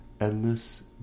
endless